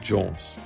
Jones